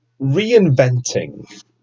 reinventing